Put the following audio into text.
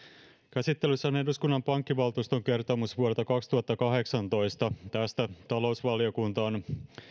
käsittelyssä on eduskunnan pankkivaltuuston kertomus vuodelta kaksituhattakahdeksantoista tästä talousvaliokunta on